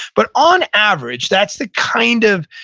but on average, that's the kind of,